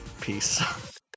Peace